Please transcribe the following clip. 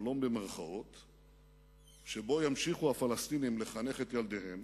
"שלום" שבו ימשיכו הפלסטינים לחנך את ילדיהם